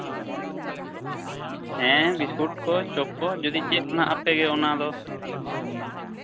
ᱦᱮᱸ ᱵᱤᱥᱠᱩᱴ ᱠᱚ ᱪᱚᱯ ᱠᱚ ᱡᱩᱫᱤ ᱪᱮᱫ ᱱᱟᱜ ᱟᱯᱮ ᱜᱮ ᱚᱱᱟ ᱫᱚ